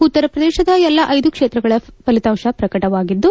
ಉತ್ತರ ಶ್ರದೇಶದ ಎಲ್ಲಾ ಐದು ಕ್ಷೇತ್ರದ ಫಲಿತಾಂಶ ಪ್ರಕಟವಾಗಿದ್ದು